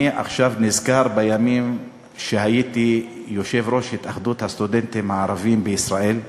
אני נזכר בימים שהייתי יושב-ראש התאחדות הסטודנטים הערבים בישראל,